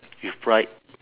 with pride